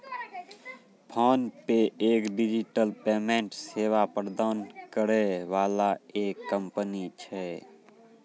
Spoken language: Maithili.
फोनपे एक डिजिटल पेमेंट सेवा प्रदान करै वाला एक कंपनी छै